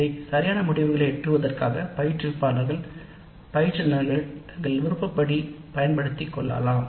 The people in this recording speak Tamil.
இதை சரியான முடிவுகளை எட்டுவதற்காக பயிற்றுனர்கள் தங்கள் விருப்பப்படி பயன்படுத்திக் கொள்ளலாம்